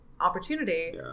opportunity